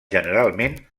generalment